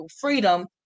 freedom